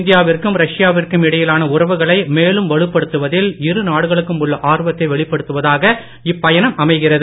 இந்தியாவிற்கும் ஒருவர் ரஷ்யாவிற்கும் இடையிலான உறவுகளை மேலும் வலுப்படுத்துவதில் இரு நாடுகளுக்கும் உள்ள ஆர்வத்தை வெளிப்படுத்துவதகா இப்பயணம் அமைகிறது